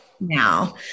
now